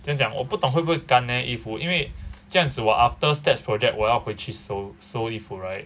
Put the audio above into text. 怎样讲我不懂会不会干 leh 衣服因为样子我 after stats project 我要回去收衣服 right